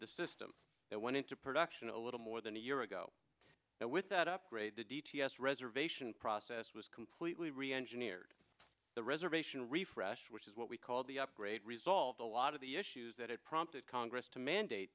the system that went into production a little more than a year ago with that upgrade the d t s reservation process was completely reengineered the reservation refresh which is what we called the upgrade resolved a lot of the issues that had prompted congress to mandate